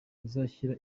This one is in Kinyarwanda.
azashyira